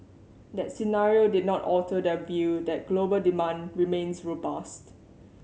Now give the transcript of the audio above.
that scenario did not alter their view that global demand remains robust